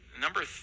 number –